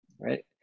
right